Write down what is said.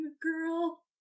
girl